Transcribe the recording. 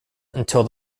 until